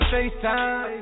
FaceTime